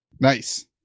nice